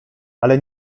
ale